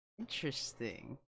interesting